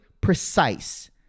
precise